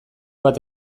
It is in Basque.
bat